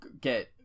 get